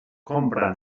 compra